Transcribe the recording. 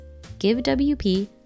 GiveWP